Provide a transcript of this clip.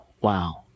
wow